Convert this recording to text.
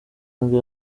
nibwo